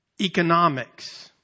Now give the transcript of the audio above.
Economics